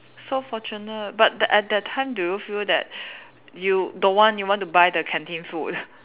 so fortunate but that at that time do you feel that you don't want you want to buy the canteen food